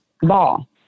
ball